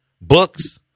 books